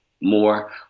more